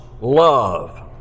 love